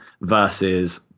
versus